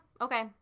Okay